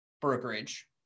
brokerage